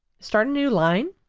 start a new line,